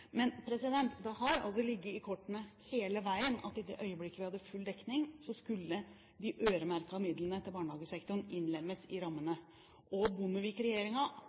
Men det har altså ligget i kortene hele veien at i det øyeblikket vi hadde full dekning, skulle de øremerkede midlene til barnehagesektoren innlemmes i rammene.